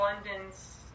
abundance